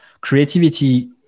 Creativity